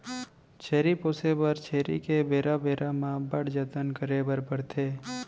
छेरी पोसे बर छेरी के बेरा बेरा म बड़ जतन करे बर परथे